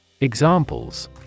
Examples